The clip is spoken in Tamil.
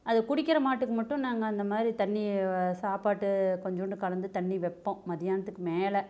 அது குடிக்கிற மாட்டுக்கு மட்டும் நாங்கள் அந்தமாதிரி தண்ணியை சாப்பாட்டு கொஞ்சோண்டு கலந்து தண்ணி வைப்போம் மத்தியானத்துக்கு மேல்